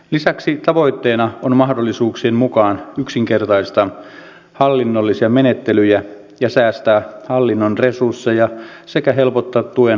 lisäksi tavoitteena on mahdollisuuksien mukaan yksinkertaistaa hallinnollisia menettelyjä ja säästää hallinnon resursseja sekä helpottaa tuen hakemista